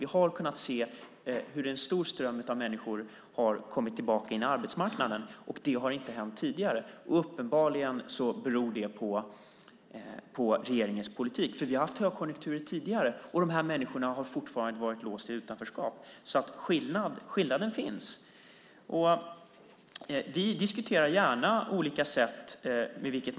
Vi har kunnat se hur en stor ström av människor har kommit tillbaka in på arbetsmarknaden, och det har inte hänt tidigare. Uppenbarligen beror det på regeringens politik. Vi har ju haft högkonjunkturer tidigare, och de här människorna har fortfarande varit låsta i utanförskap. Skillnaden finns alltså. Vi diskuterar gärna olika sätt att skapa nya jobb.